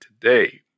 today